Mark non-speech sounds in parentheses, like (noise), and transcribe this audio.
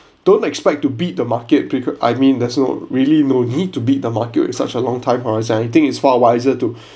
don't expect to beat the market because I mean there's no really no need to beat the market with such a long time horizon I think it's far wiser to (breath)